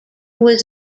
was